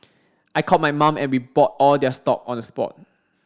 I called my mum and we bought all their stock on the spot